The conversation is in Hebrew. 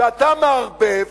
שאתה מערבב